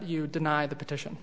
you deny the petition